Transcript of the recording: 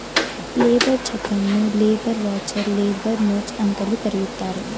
labour ಚಕನ್ನು labour voucher, labour notes ಅಂತಲೂ ಕರೆಯುತ್ತಾರೆ